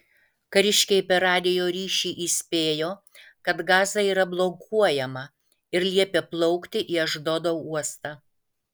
kariškiai per radijo ryšį įspėjo kad gaza yra blokuojama ir liepė plaukti į ašdodo uostą